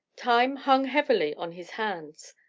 time hung heavily on his hands.